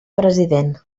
president